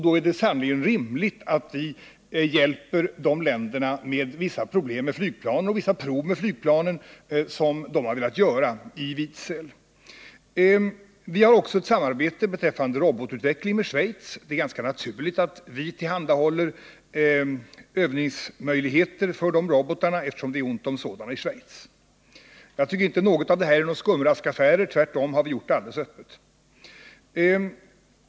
Det är då sannerligen rimligt att vi hjälper dessa länder när det gäller vissa prov med flygplanen som de velat göra i Vidsel. Vi har också ett samarbete med Schweiz beträffande robotutvecklingen. Det är då naturligt att vi står för övningsmöjligheterna när det gäller dessa robotar, eftersom man i Schweiz har svårt att ordna sådana. Jag tycker inte att något av detta kan sägas vara skumraskaffärer, för dessa åtgärder har vi vidtagit alldeles öppet.